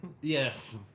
Yes